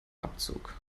abzug